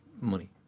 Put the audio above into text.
money